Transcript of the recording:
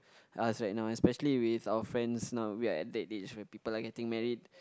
us right now especially with our friends now we are at that age where people are getting married